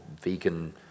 vegan